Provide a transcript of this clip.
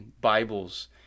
Bibles